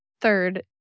Third